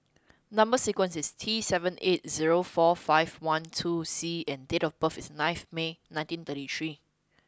number sequence is T seven eight zero four five one two C and date of birth is ninth May nineteen thirty three